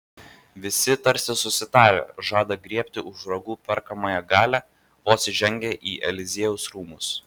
visi tarsi susitarę žada griebti už ragų perkamąją galią vos įžengę į eliziejaus rūmus